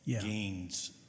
gains